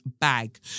bag